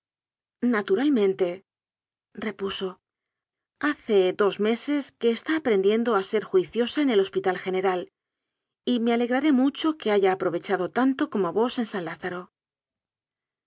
naturalmente repuso hace dos meses que está aprendiendo a ser juiciosa en el hospital general y me alegraré mucho que haya aprovechado tanto como vos en san lázaro